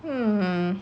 hmm